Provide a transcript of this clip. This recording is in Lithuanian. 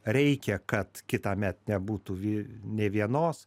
reikia kad kitąmet nebūtų vie nei vienos